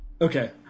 Okay